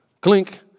Clink